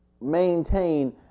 Maintain